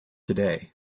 today